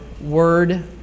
Word